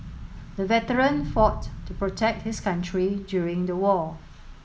the veteran fought to protect his country during the war